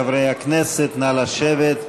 חברי הכנסת, נא לשבת,